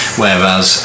whereas